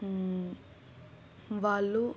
వాళ్ళు